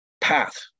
path